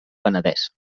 penedès